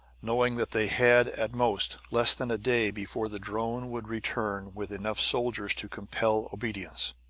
knowing that they had, at most, less than a day before the drone would return with enough soldiers to compel obedience.